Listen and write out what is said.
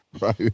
right